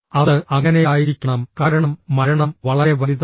അത് അങ്ങനെയായിരിക്കണം കാരണം മരണം വളരെ വലുതാണ്